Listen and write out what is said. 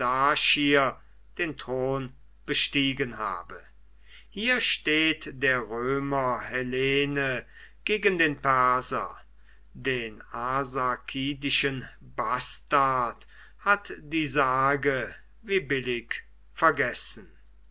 den thron bestiegen habe hier steht der römer hellene gegen den perser den arsakidischen bastard hat die sage wie billig vergessen